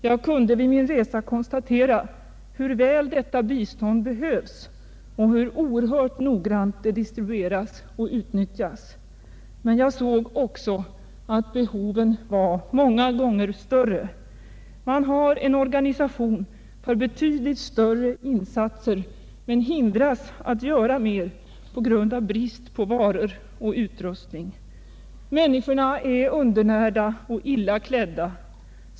Jag kunde vid min resa konstatera hur väl detta bistånd behövs och hur oerhört noggrant det distribueras och utnyttjas. Men jag såg också att behoven var mänga gånger större. Man har en organisation för betydligt större insatser men hindras att göra mer på grund av brist på varor och utrustning. Mäniskorna är undernärda och illa klädda.